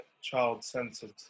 child-centred